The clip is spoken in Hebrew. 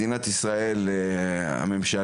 מדינת ישראל והממשלה,